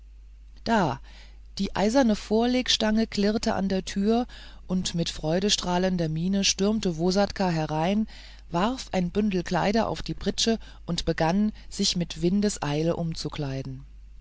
da die eiserne vorlegstange klirrte an der tür und mit freudestrahlender miene stürmte vssatka herein warf ein bündel kleider auf die pritsche und begann sich mit windeseile umzukleiden